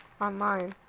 online